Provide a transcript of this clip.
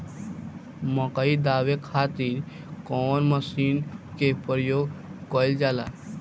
मकई दावे खातीर कउन मसीन के प्रयोग कईल जाला?